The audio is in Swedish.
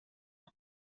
jag